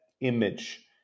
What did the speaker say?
image